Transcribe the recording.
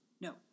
no